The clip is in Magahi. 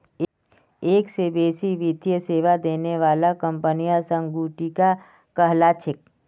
एक स बेसी वित्तीय सेवा देने बाला कंपनियां संगुटिका कहला छेक